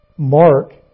Mark